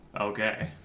Okay